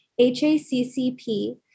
HACCP